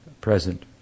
present